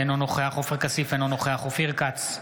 אינו נוכח עופר כסיף, אינו נוכח אופיר כץ,